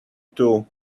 two